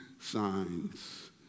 signs